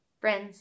Friends